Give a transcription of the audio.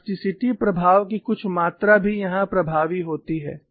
plasticity प्रभाव की कुछ मात्रा भी यहाँ प्रभावी होती है